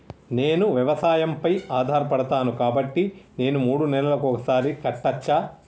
నేను వ్యవసాయం పై ఆధారపడతాను కాబట్టి నేను మూడు నెలలకు ఒక్కసారి కట్టచ్చా?